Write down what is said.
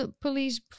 police